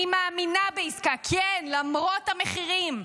אני מאמינה בעסקה, כן, למרות המחירים.